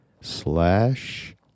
slash